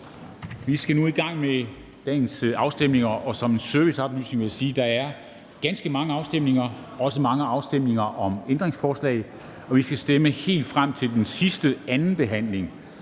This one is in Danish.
Vi skal nu i gang med dagens afstemninger, og som en serviceoplysning vil jeg sige, at der er ganske mange afstemninger og også mange afstemninger om ændringsforslag. Vi skal stemme helt frem til den sidste anden behandling.